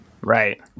Right